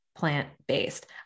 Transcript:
plant-based